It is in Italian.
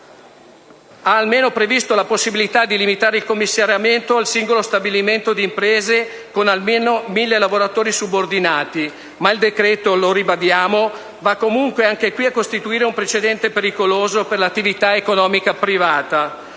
ha almeno previsto la possibilità di limitare il commissariamento al singolo stabilimento di imprese con almeno 1.000 lavoratori subordinati. Ribadiamo però che il decreto va comunque, anche in questo caso, a costituire un precedente pericoloso per l'attività economica privata.